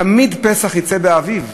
תמיד פסח יצא באביב,